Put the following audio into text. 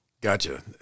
Gotcha